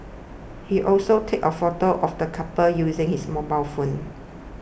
he also take a photo of the couple using his mobile phone